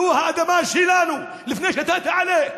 זו האדמה שלנו לפני שאתה עלית,